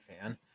fan